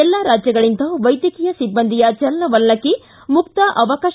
ಎಲ್ಲಾ ರಾಜ್ಯಗಳಿಂದ ವೈದ್ಯಕೀಯ ಸಿಬ್ಲಂದಿ ಚಲನವಲನಕ್ಕೆ ಮುಕ್ತ ಅವಕಾಶ